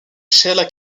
sheila